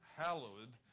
hallowed